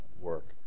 work